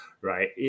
right